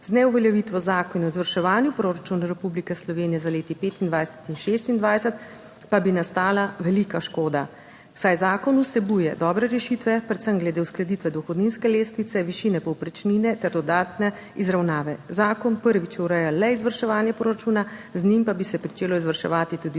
Z ne uveljavitvijo Zakona o izvrševanju proračuna Republike Slovenije za leti 25 in 26 pa bi nastala velika škoda, saj zakon vsebuje dobre rešitve, predvsem glede uskladitve dohodninske lestvice, višine povprečnine ter dodatne izravnave. Zakon prvič ureja le izvrševanje proračuna, z njim pa bi se pričelo izvrševati tudi